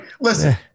listen